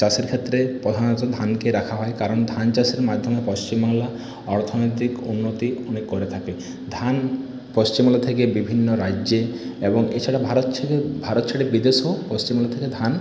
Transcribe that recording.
চাষের ক্ষেত্রে প্রধানত ধানকে রাখা হয় কারণ ধান চাষের মাধ্যমে পশ্চিমবাংলা অর্থনৈতিক উন্নতি অনেক করে থাকে ধান পশ্চিমবাংলা থেকে বিভিন্ন রাজ্যে এবং এছাড়া ভারত ছেড়ে ভারত ছেড়ে বিদেশেও পশ্চিমবাংলা থেকে ধান